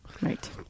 Right